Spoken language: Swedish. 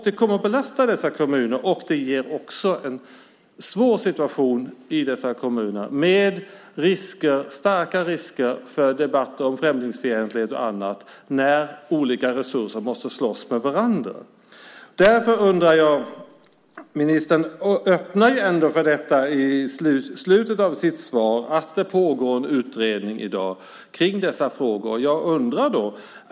Det kommer att belasta dessa kommuner, och det ger också en svår situation i dessa kommuner med starka risker för debatter om främlingsfientlighet och annat när olika resurser måste slåss med varandra. Ministern öppnar ändå lite grann för detta i slutet av sitt svar där hon säger att det pågår en utredning i dag om dessa frågor.